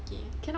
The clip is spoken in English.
okay